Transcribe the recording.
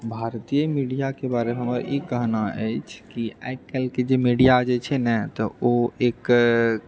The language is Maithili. भारतीय मीडियाके बारेमे हमर ई कहना अछि कि आइकाल्हिके जे मीडिया जे छै ने तऽ ओ एक